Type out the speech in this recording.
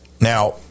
Now